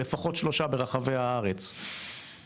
לפחות על שלושה מרכזים ברחבי הארץ לאלתר,